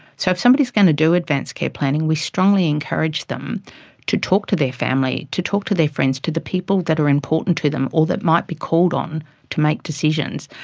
so if somebody's going to do advance care planning, we strongly encourage them to talk to their family, to talk to their friends, to the people who are important to them or that might be called on to make decisions,